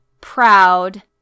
proud